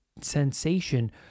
sensation